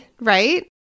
right